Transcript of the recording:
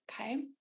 okay